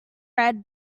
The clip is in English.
red